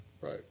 Right